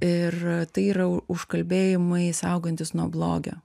ir tai yra užkalbėjimai saugantys nuo blogio